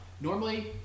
Normally